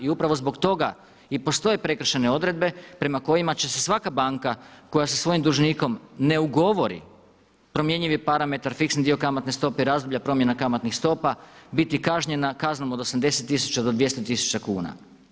I upravo zbog toga i postoje prekršajne odredbe prema kojima će se svaka banka koja sa svojim dužnikom ne ugovori promjenjivi parametar, fiksni dio kamatne stope, razdoblja promjena kamatnih stopa biti kažnjena kaznom od 80000 do 200000 kuna.